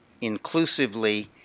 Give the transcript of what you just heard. inclusively